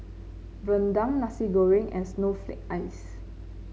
rendang Nasi Goreng and Snowflake Ice